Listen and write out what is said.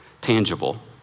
tangible